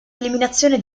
eliminazione